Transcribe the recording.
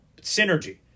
Synergy